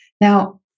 Now